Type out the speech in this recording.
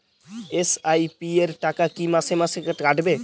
SIP র টাকা কী মাসে মাসে কাটবে?